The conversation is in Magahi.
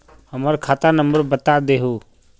हमर खाता नंबर बता देहु?